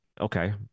okay